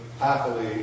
happily